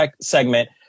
segment